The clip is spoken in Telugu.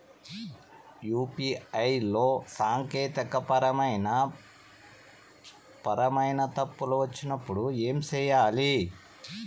యు.పి.ఐ లో సాంకేతికపరమైన పరమైన తప్పులు వచ్చినప్పుడు ఏమి సేయాలి